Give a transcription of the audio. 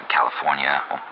California